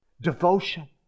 Devotion